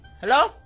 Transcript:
Hello